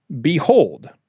behold